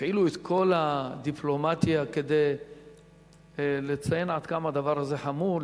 הפעילו את כל הדיפלומטיה כדי לציין עד כמה הדבר הזה חמור,